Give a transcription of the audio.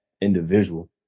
individual